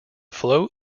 flow